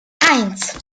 eins